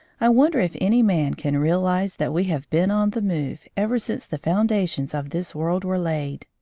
i wonder if any man can realise that we have been on the move ever since the foundations of this world were laid.